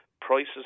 Prices